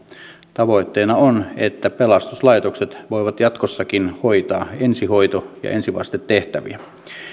tavoitteena on että pelastuslaitokset voivat jatkossakin hoitaa ensihoito ja ensivastetehtäviä